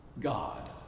God